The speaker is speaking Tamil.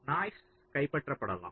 நாய்ஸ் கைப்பற்றப்படலாம்